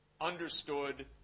understood